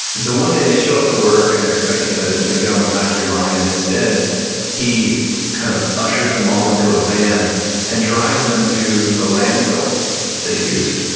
and so one day they show up to work and they're expecting to you know get on the factory line and instead he kind of ushers them all into a van and drives them to the landfill that they used,